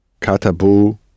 Katabu